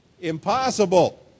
Impossible